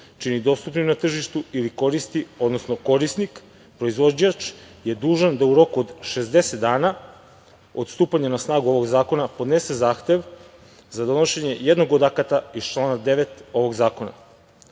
čini dostupnim na tržištu ili koristi, odnosno korisnik, proizvođač je dužan da u roku od 60 dana od stupanja na snagu ovog zakona podnese zahtev za donošenje jednog od akata iz člana 9. ovog zakona. Uredba